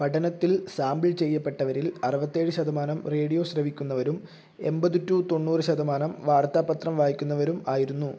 പഠനത്തിൽ സാമ്പിൾ ചെയ്യപ്പെട്ടവരിൽ അറുപത്തേഴ് ശതമാനം റേഡിയോ ശ്രവിക്കുന്നവരും എമ്പത് ടു തൊണ്ണൂറ് ശതമാനം വാർത്താപത്രം വായിക്കുന്നവരും ആയിരുന്നു